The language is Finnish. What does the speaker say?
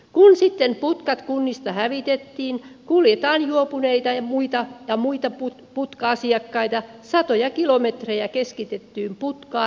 kun sitten putkat kunnista hävitettiin kuljetetaan juopuneita ja muita putka asiakkaita satoja kilometrejä keskitettyyn putkaan